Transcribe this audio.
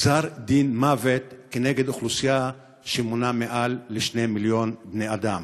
גזר דין מוות על אוכלוסייה שמונה מעל 2 מיליון בני אדם.